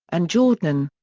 and jordan.